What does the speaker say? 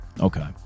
Okay